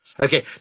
okay